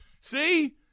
See